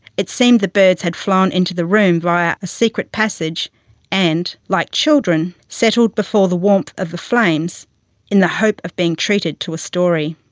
it seemed the birds had flown into the room via and ah secret passage and, like children, settled before the warmth of the flames in the hope of being treated to a story.